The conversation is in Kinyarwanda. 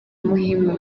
muhima